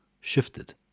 shifted